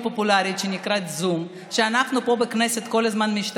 11:00 תוכן העניינים שאילתות דחופות 6 66. סקר הרשות הלאומית